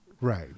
Right